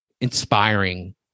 inspiring